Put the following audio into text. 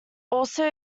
also